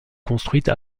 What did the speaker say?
construite